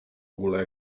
ogóle